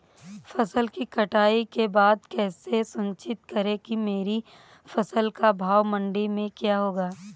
फसल की कटाई के बाद कैसे सुनिश्चित करें कि मेरी फसल का भाव मंडी में क्या होगा?